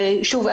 שוב,